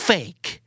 Fake